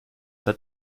hat